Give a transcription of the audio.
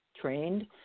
trained